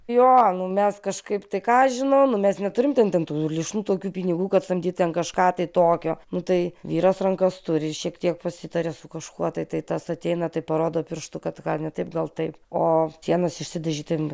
jo nu mes kažkaip tai ką aš žinau nu mes neturim ten tų lėšų tokių pinigų kad samdyt ten kažką tai tokio nu tai vyras rankas turi šiek tiek pasitarė su kažkuo tai tai tas ateina tai parodo pirštu kad ką ne taip gal taip o sienas išsidažyt ten